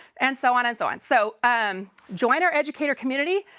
and so on and so on. so um join our educator community.